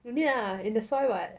no need lah in the soil [what]